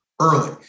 early